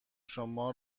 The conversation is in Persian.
شما